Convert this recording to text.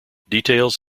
details